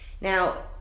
Now